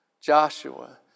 Joshua